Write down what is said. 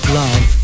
love